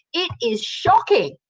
it is shocking.